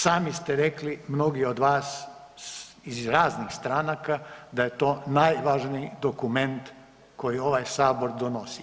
Sami ste rekli mnogi od vas iz raznih stranaka da je to najvažniji dokument koji ovaj Sabor donosi.